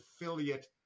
affiliate